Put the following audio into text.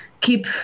keep